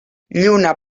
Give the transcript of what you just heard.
lluna